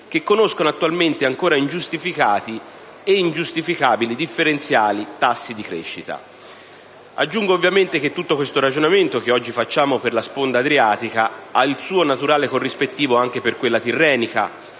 che conoscono attualmente ancora ingiustificati e ingiustificabili differenziali nei tassi di crescita. Aggiungo, ovviamente, che tutto questo ragionamento che oggi facciamo per la sponda adriatica ha il suo naturale corrispettivo anche per quella tirrenica,